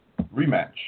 Rematch